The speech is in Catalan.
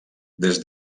des